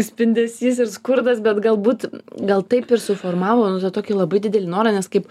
spindesys ir skurdas bet galbūt gal taip ir suformavo tokį labai didelį norą nes kaip